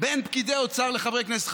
בין פקידי האוצר לחברי כנסת.